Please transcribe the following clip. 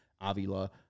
Avila